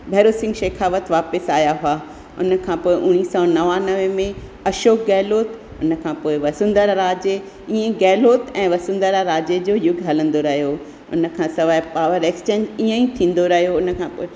भैरव सिंग शेखावत वापिस आहियां हुआ हुन खां पोइ उणिवीह सौ नवानवे में अशोक गहलोत हुन खां पोइ वसुंधरा राजे इह गहलोत ऐं वसुंधरा राज्य जो युग हलंदो रहियो हिन खां सवाइ पावर एक्सचेंज इअं ई थींदो रहियो हुन खां पोइ